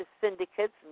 syndicates